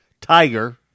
Tiger